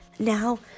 now